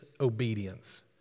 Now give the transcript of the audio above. obedience